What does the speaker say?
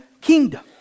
kingdom